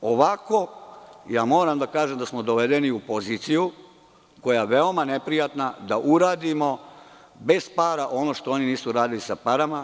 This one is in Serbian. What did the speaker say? Ovako moram da kažem da smo dovedeni u poziciju koja je veoma neprijatna, da uradimo bez para ono što oni nisu uradili sa parama.